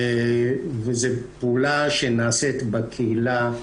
וזו פעולה שנעשית בקהילה.